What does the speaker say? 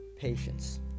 patience